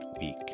week